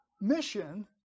mission